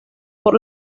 por